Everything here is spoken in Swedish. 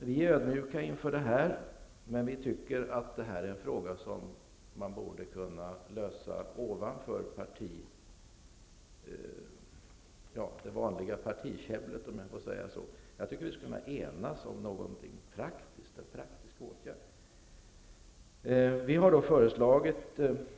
Vi är ödmjuka inför det här, men vi tycker att det är en fråga som man borde kunna lösa ovanför det vanliga partikäbblet. Vi skulle kunna enas om en praktisk åtgärd.